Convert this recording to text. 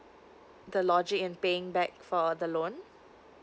the logic in paying back for the loan